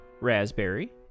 raspberry